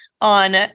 on